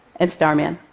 and starman.